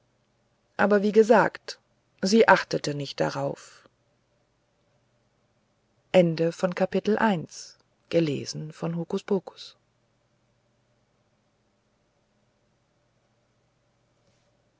aber wie gesagt sie achtete nicht darauf